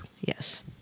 Yes